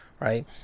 Right